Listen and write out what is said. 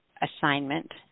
assignment